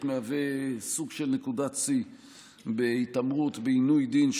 מהווה סוג של נקודת שיא בהתעמרות בעינוי דין,